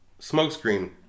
smokescreen